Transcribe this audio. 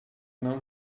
não